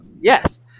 yes